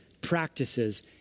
practices